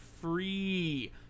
free